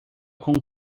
com